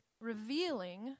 revealing